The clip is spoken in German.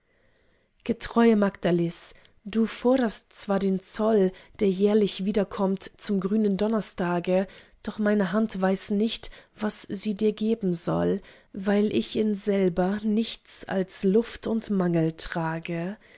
getreue magdalis du forderst zwar den zoll der jährlich wiederkommt zum grünen donnerstage doch meine hand weiß nicht was sie dir geben soll weil ich in selber nichts als luft und mangel trage